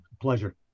Pleasure